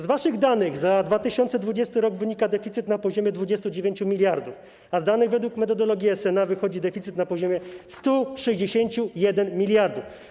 Z waszych danych za 2020 r. wynika deficyt na poziomie 29 mld, a z danych według metodologii SNA wychodzi deficyt na poziomie 161 mld.